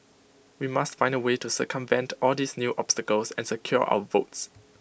we must find A way to circumvent all these new obstacles and secure our votes